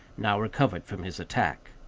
now recovered from his attack.